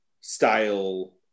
style